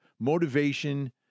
motivation